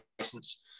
license